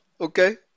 okay